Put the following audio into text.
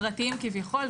פרטיים כביכול,